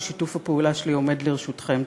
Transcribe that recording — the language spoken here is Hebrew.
שיתוף הפעולה שלי עומד לרשותכם.